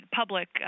public